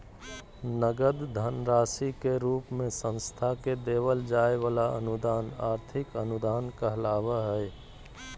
नगद धन राशि के रूप मे संस्था के देवल जाय वला अनुदान आर्थिक अनुदान कहलावय हय